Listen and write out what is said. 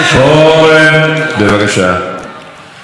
אורן, בבקשה.